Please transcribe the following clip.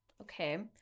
okay